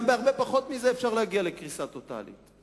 גם בהרבה פחות מזה אפשר להגיע לקריסה טוטלית,